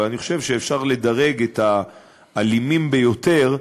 אבל אני חושב שאפשר לדרג את האלימים ביותר,